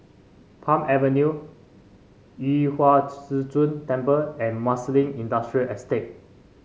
Palm Avenue Yu Huang Zhi Zun Temple and Marsiling Industrial Estate